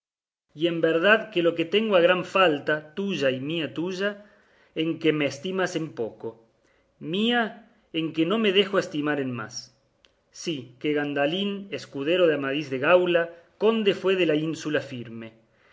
y en verdad que lo tengo a gran falta tuya y mía tuya en que me estimas en poco mía en que no me dejo estimar en más sí que gandalín escudero de amadís de gaula conde fue de la ínsula firme